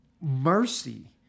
mercy